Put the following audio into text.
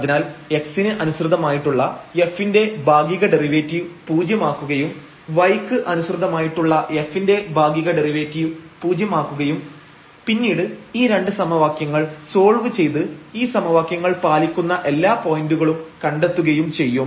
അതിനാൽ x ന് അനുസൃതമായിട്ടുള്ള f ന്റെ ഭാഗിക ഡെറിവേറ്റീവ് പൂജ്യമാക്കുകയും y ക്ക് അനുസൃതമായിട്ടുള്ള f ന്റെ ഭാഗിക ഡെറിവേറ്റീവ് പൂജ്യമാക്കുകയും പിന്നീട് ഈ രണ്ട് സമവാക്യങ്ങൾ സോൾവ് ചെയ്ത് ഈ സമവാക്യങ്ങൾ പാലിക്കുന്ന എല്ലാ പോയന്റുകളും കണ്ടെത്തുകയും ചെയ്യും